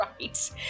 Right